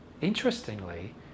Interestingly